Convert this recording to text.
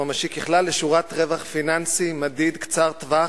ממשי ככלל לשורת רווח פיננסי מדיד קצר טווח,